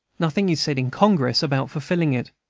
nothing is said in congress about fulfilling it.